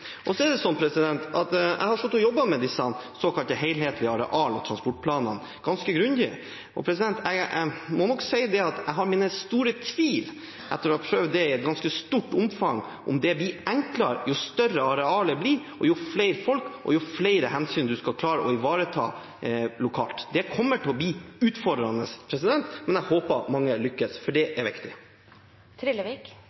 for så vidt var der fra før, men som er enda mer forsterket med denne tvangssammenslåingen. Det er derfor Senterpartiet har sagt: Oppgavene får komme først. Fylkestingene har sagt det, og Senterpartiet lytter til lokaldemokratiet. Jeg har sittet og jobbet med disse såkalte helhetlige areal- og transportplanene ganske grundig. Jeg må nok si at jeg har mine store tvil – etter å ha prøvd det i ganske stort omfang – til at det blir enklere jo større arealet blir, jo flere folk og jo flere hensyn man skal klare å ivareta lokalt. Det